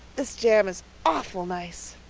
this jam is awful nice.